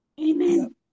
Amen